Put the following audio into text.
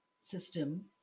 system